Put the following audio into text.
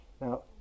Now